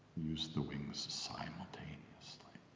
use the wings simultaneously.